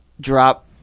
drop